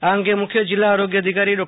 આ અંગે મુખ્ય જીલ્લા આરોગ્ય અધિકારી ડો